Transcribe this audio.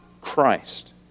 Christ